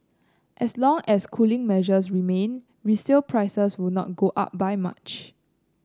as long as cooling measures remain resale prices will not go up by much